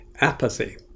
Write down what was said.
Apathy